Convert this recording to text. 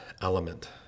element